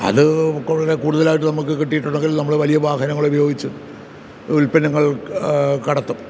അത് കൂടുതലായിട്ട് നമുക്ക് കിട്ടിയിട്ടുണ്ടെങ്കിൽ നമ്മൾ വലിയ വാഹനങ്ങളുപയോഗിച്ച് ഉല്പ്പന്നങ്ങൾ കടത്തും